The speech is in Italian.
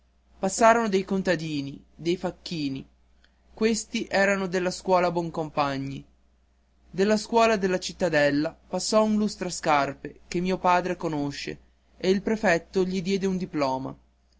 passarono dei contadini dei facchini questi erano della scuola buoncompagni della scuola della cittadella passò un lustrascarpe che mio padre conosce e il prefetto gli diede un diploma